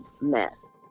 mess